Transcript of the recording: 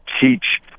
teach